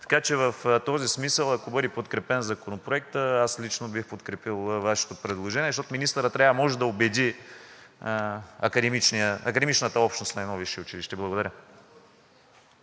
съвет. В този смисъл, ако бъде подкрепен Законопроектът, аз лично бих подкрепил Вашето предложение, защото министърът трябва да може да убеди академичната общност на едно висше училище. Благодаря.